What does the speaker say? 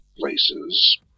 places